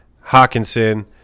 Hawkinson